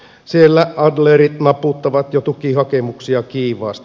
siellä adlerit naputtavat jo tukihakemuksia kiivaasti